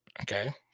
Okay